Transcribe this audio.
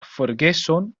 forgeson